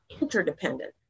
interdependent